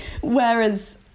whereas